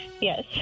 yes